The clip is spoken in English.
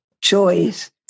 choice